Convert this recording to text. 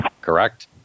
correct